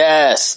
Yes